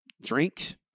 drink